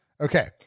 Okay